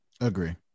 agree